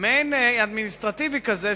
מעין-אדמיניסטרטיבי כזה,